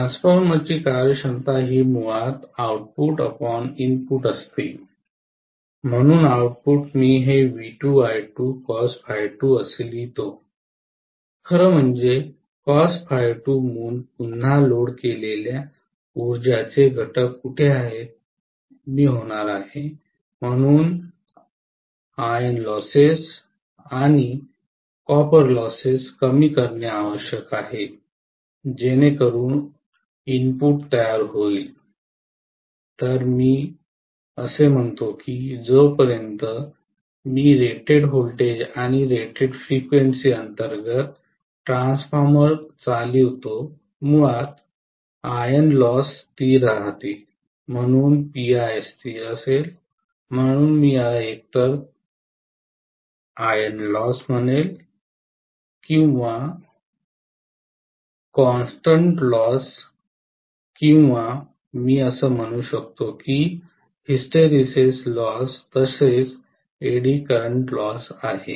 ट्रान्सफॉर्मरची कार्यक्षमता ही मुळातच असते म्हणून आउटपुट मी हे असे लिहितो खरं म्हणजेपुन्हा लोड केलेल्या उर्जाचे घटक कुठे आहेत मी होणार आहे म्हणून लोह तोटा आणि तांबे नुकसान कमी करणे आवश्यक आहे जेणेकरून इनपुट तयार होईल तर मला हे असे लिहू द्या जोपर्यंत मी रेटेड व्होल्टेज आणि रेटेड फ्रिक्वेन्सी अंतर्गत ट्रान्सफॉर्मर चालवितो मुळात लोहाची हानी स्थिर राहते म्हणून पीआय स्थिर असेल म्हणून मी याला एकतर लोहाचे नुकसान किंवा सतत तोटा संबोधित करू शकतो किंवा मी म्हणू शकतो की हिस्टेरिसिस लॉस तसेच एडी करंट लॉस आहे